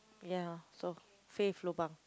ya so Fave lobang